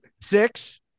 Six